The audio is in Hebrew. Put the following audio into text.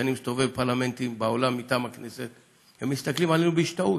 כשאני מסתובב בפרלמנטים בעולם מטעם הכנסת הם מסתכלים עלינו בהשתאות.